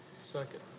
Second